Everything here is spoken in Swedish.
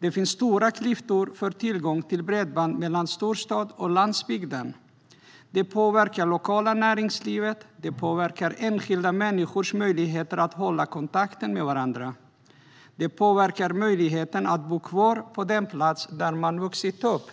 Det finns stora klyftor mellan storstad och landsbygd när det gäller tillgång till bredband, något som påverkar det lokala näringslivet och enskilda människors möjligheter att hålla kontakten med varandra liksom möjligheten att bo kvar på den plats där man vuxit upp.